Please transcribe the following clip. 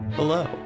Hello